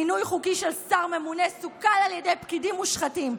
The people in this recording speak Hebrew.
מינוי חוקי של שר ממונה סוכל על ידי פקידים מושחתים.